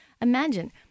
Imagine